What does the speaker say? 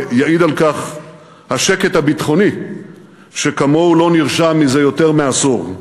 ויעיד על כך השקט הביטחוני שכמוהו לא נרשם זה יותר מעשור.